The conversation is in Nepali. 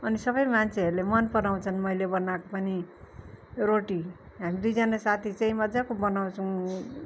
अनि सबै मान्छेहरूले मन पराउँछन् मैले बनाएको पनि रोटी हामी दुईजना साथी चाहिँ मज्जाको बनाउँछौँ